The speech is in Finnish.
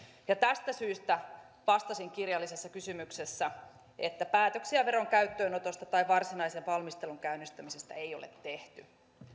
tästä syystä vastasin kirjallisessa kysymyksessä että päätöksiä veron käyttöönotosta tai varsinaisen valmistelun käynnistämisestä ei ole tehty